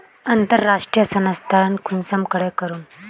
अंतर्राष्टीय स्थानंतरण कुंसम करे करूम?